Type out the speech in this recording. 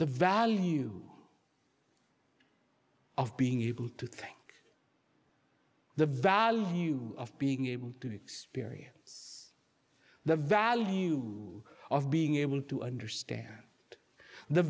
the value of being able to think the value of being able to experience the value of being able to understand the